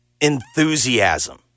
enthusiasm